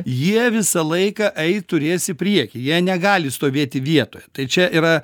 jie visą laiką eit turės į priekį jie negali stovėti vietoje tai čia yra